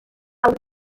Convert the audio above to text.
awr